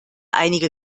einige